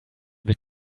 wird